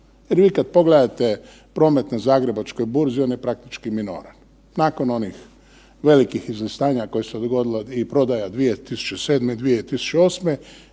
Jer vi kad pogledate prometne zagrebačke burze one praktički …/Govornik se ne razumije/…. Nakon onih velikih izlistanja koja su se dogodila i prodaja 2007.-2008.